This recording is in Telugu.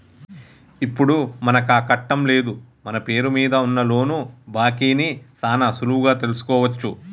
ఇప్పుడు మనకాకట్టం లేదు మన పేరు మీద ఉన్న లోను బాకీ ని సాన సులువుగా తెలుసుకోవచ్చు